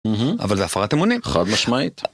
אבל זה הפרת אמונים. חד משמעית.